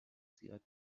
زیاد